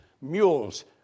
mules